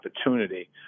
opportunity